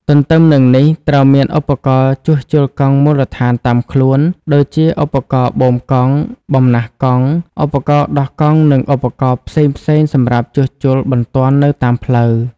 ទន្ទឹមនឹងនេះ ត្រូវមានឧបករណ៍ជួសជុលកង់មូលដ្ឋានតាមខ្លួន ដូចជាឧបករណ៍បូមកង់ បំណះកង់ ឧបករណ៍ដោះកង់និងឧបករណ៍ផ្សេងៗសម្រាប់ជួសជុលបន្ទាន់នៅតាមផ្លូវ។